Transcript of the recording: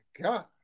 God